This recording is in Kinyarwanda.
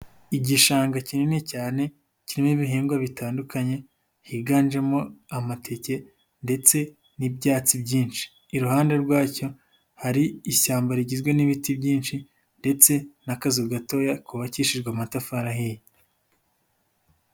Igishanga kinini cyane, kirimo ibihingwa bitandukanye, higanjemo amateke ndetse n'ibyatsi byinshi, iruhande rwacyo hari ishyamba rigizwe n'ibiti byinshi ndetse n'akazu gatoya kubabakishijwe amatafari ahiye.